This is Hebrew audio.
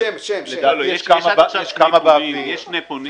יש שני פונים.